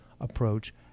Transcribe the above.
approach